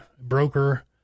broker